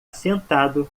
sentado